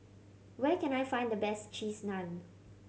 where can I find the best Cheese Naan